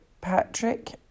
Patrick